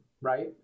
right